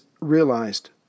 realized